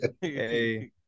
hey